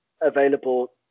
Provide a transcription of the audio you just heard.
available